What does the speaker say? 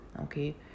Okay